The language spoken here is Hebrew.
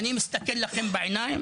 אני מסתכל לכם בעיניים